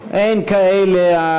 אין כאלה.